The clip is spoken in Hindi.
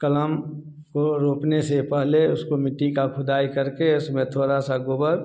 कलम को रोपने से पहले उसको मिट्टी का खुदाई करके उसमें थोड़ा सा गोबर